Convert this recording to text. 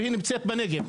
והיא נמצאת בנגב.